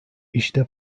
i̇şte